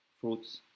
fruits